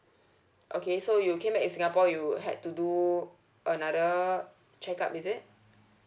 okay so you came back in singapore you had to do another check up is it